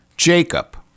Jacob